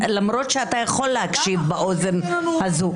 למרות שאתה יכול להקשיב באוזן הזו,